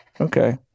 okay